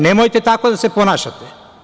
Nemojte tako da se ponašate.